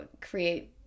create